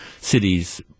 cities